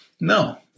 No